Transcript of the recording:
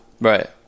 Right